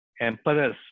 emperors